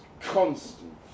constant